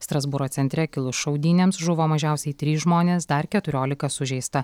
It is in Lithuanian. strasbūro centre kilus šaudynėms žuvo mažiausiai trys žmonės dar keturiolika sužeista